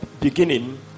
beginning